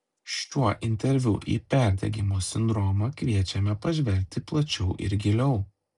šiuo interviu į perdegimo sindromą kviečiame pažvelgti plačiau ir giliau